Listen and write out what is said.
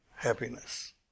Happiness